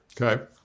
Okay